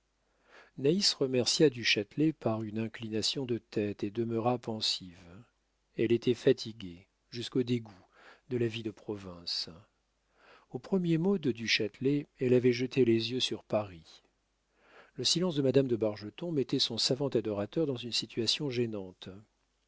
naïs remercia du châtelet par une inclination de tête et demeura pensive elle était fatiguée jusqu'au dégoût de la vie de province au premier mot de du châtelet elle avait jeté les yeux sur paris le silence de madame de bargeton mettait son savant adorateur dans une situation gênante